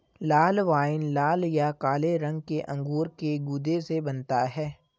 लाल wine लाल या काले रंग के अंगूर के गूदे से बनता है